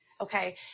Okay